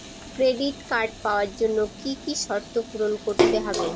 Credit card পাওয়ার জন্য কি কি শর্ত পূরণ করতে হবে?